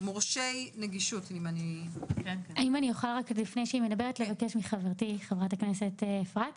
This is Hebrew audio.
אם אוכל לבקש מחברתי, חברת הכנסת אפרת,